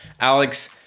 alex